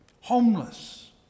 Homeless